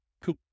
cool